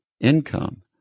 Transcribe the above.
income